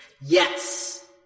Yes